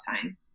time